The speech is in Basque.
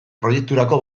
proiekturako